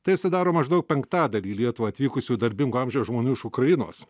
tai sudaro maždaug penktadalį į lietuvą atvykusių darbingo amžiaus žmonių iš ukrainos